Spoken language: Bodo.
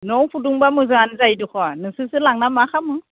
न'आव फुदुंब्ला मोजाङानो जायो दखन नोंसोरसो लांना मा खालामो